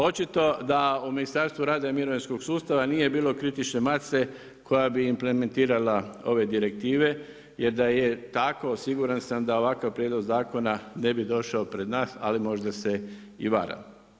Očito da u Ministarstvu rada i mirovinskog sustava nije bilo kritične mase koja bi implementirala ove direktive, jer da je tako, siguran sam, da ovakav prijedlog zakona ne bi došao pred nas, ali možda se i varam.